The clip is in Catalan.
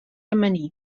amanir